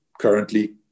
currently